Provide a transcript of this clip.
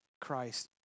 Christ